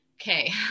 okay